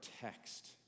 text